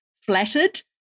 flattered